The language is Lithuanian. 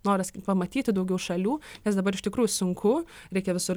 noras pamatyti daugiau šalių nes dabar iš tikrųjų sunku reikia visur